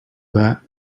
that